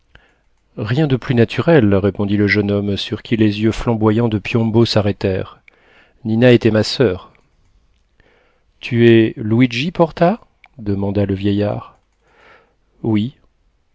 rien de plus naturel répondit le jeune homme sur qui les yeux flamboyants de piombo s'arrêtèrent nina était ma soeur tu es luigi porta demanda le vieillard oui